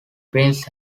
prince